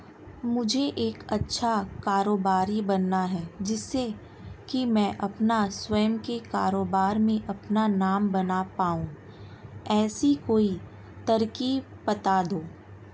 मुझे एक अच्छा कारोबारी बनना है जिससे कि मैं अपना स्वयं के कारोबार में अपना नाम बना पाऊं ऐसी कोई तरकीब पता दो?